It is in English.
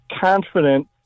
confident